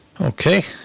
Okay